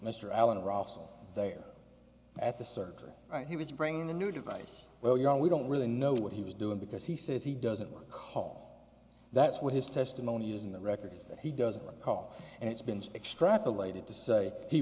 mr allan ross there at the surgery and he was bringing in a new device well you know we don't really know what he was doing because he says he doesn't call that's what his testimony is in the records that he doesn't recall and it's been extrapolated to say he